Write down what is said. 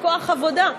כוח עבודה.